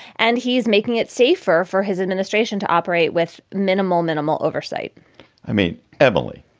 and he's making it safer for his administration to operate with minimal, minimal oversight i mean, ebele,